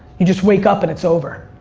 you just wake up and it's over.